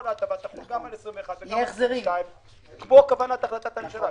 כל ההטבה תחול גם על 21 וגם על 22 כמו כוונת החלטת הממשלה,